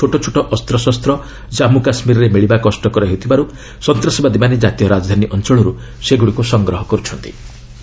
ସେ କହିଛନ୍ତି ଛୋଟ ଛୋଟ ଅସ୍ପଶସ୍ତ ଜମ୍ମ କାଶ୍ରୀରରେ ମିଳିବା କଷ୍ଟକର ହେଉଥିବାରୁ ସନ୍ତାସବାଦୀମାନେ ଜାତୀୟ ରାଜଧାନୀ ଅଞ୍ଚଳରୁ ସେଗୁଡ଼ିକୁ ସଂଗ୍ରହ କରୁଛନ୍ତି